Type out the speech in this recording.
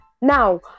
Now